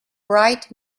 bright